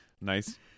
nice